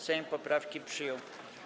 Sejm poprawki przyjął.